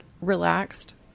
relaxed